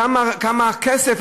כמה כסף?